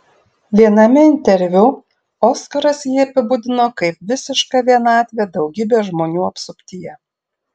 viename interviu oskaras jį apibūdino kaip visišką vienatvę daugybės žmonių apsuptyje